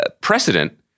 precedent